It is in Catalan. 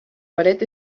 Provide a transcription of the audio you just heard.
paret